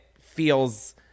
feels